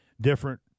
different